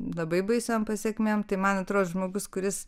labai baisiom pasekmėm tai man atrodo žmogus kuris